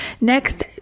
Next